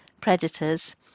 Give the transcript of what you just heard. predators